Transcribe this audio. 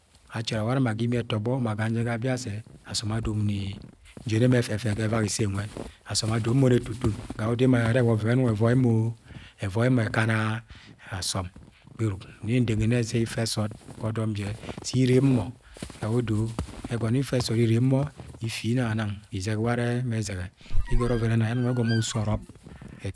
. acharẹ warẹ ma ga imi ẹtọybo, ma ga biase, asọm adomo ni ien emo efefe gangẹ ga euak ise nwẹ asom adomo moni etutun ga ge odo emoayenẹ are wa ọvẹn yẹ enong evọi emoi evọi mo ekana asọm Gberuk nni nde ngi nni nne sẹ ifẹ sọọd ga odọm jẹ, sẹ irem mo ga ye odo ẹgọnọ yẹ ife sood irem mo ifinang anang izẹk ware ẹmẹ ezẹsẹ igare ọven ena yẹ enong egọmọ uso ọrọb.